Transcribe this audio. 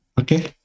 Okay